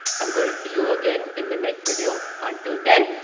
am going to see you again in the next video, until then.